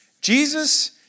Jesus